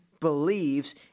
believes